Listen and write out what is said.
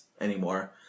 anymore